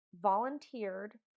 volunteered